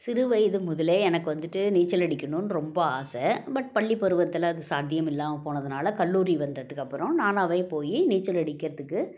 சிறு வயது முதல்லே எனக்கு வந்துவிட்டு நீச்சலடிக்கணும்னு ரொம்ப ஆசை பட் பள்ளிப்பருவத்தில் அது சாத்தியம் இல்லாமல் போனதுனால கல்லூரி வந்ததுக்கப்பறம் நானாகவே போய் நீச்சல் அடிக்கிறதுக்கு